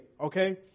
Okay